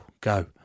go